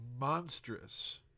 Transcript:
monstrous